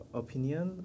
opinion